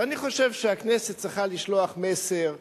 ואני חושב שהכנסת צריכה לשלוח מסר ברור,